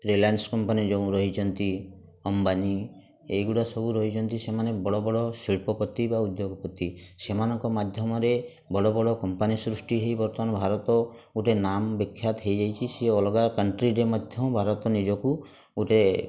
Reliance company ଯେଉଁ ରହିଛନ୍ତି ଅମ୍ବାନି ଏଇଗୁଡ଼ା ସବୁ ରହିଛନ୍ତି ସେମାନେ ବଡ଼ବଡ଼ ଶିଳ୍ପପତି ବା ଉଦ୍ୟୋଗପତି ସେମାନଙ୍କ ମାଧ୍ୟମରେ ବଡ଼ବଡ଼ କମ୍ପାନୀ ସୃଷ୍ଟି ହେଇ ବର୍ତ୍ତମାନ ଭାରତ ଗୋଟେ ନାମ୍ ବିଖ୍ୟାତ ହେଇଯାଇଛି ସିଏ ଅଲଗା କଣ୍ଟ୍ରିରେ ମଧ୍ୟ ଭାରତ ନିଜକୁ ଗୋଟେ